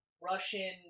Russian